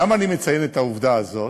למה אני מציין את העובדה הזאת?